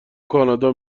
کانادا